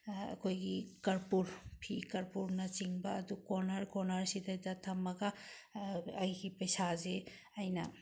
ꯑꯩꯈꯣꯏꯒꯤ ꯀꯔꯄꯨꯔ ꯐꯤ ꯀꯔꯄꯨꯔꯅꯆꯤꯡꯕ ꯑꯗꯨ ꯀꯣꯔꯅꯔ ꯀꯣꯔꯅꯔ ꯁꯤꯗꯒꯤꯁꯤꯗ ꯊꯝꯃꯒ ꯑꯩꯒꯤ ꯄꯩꯁꯥꯁꯤ ꯑꯩꯅ